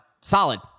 solid